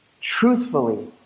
truthfully